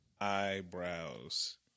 eyebrows